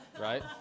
right